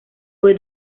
fue